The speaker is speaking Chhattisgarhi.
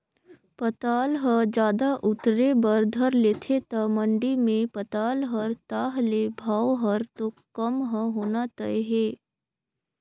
पताल ह जादा उतरे बर धर लेथे त मंडी मे पताल हर ताह ले भाव हर तो कम ह होना तय हे